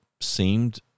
seemed